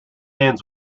ends